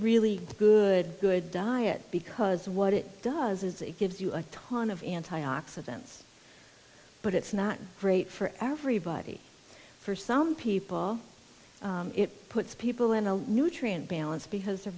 really good good diet because what it does is it gives you a ton of antioxidants but it's not great for everybody for some people it puts people in a nutrient balance because their